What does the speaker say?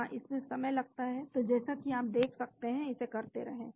हाँ इसमें समय लगता है तो जैसा कि आप देख सकते हैं इसे करते रहें